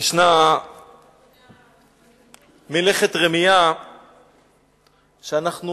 ישנה מלאכת רמייה שאנחנו